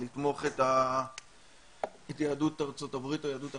לתמוך את יהדות ארצות הברית או יהדויות אחרות,